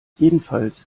jedenfalls